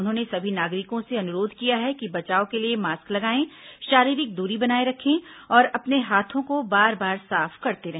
उन्होंने सभी नागरिकों से अनुरोध किया है कि बचाव के लिए मास्क लगाएं शारीरिक दूरी बनाए रखें और अपने हाथों को बार बार साफ करते रहे